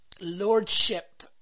lordship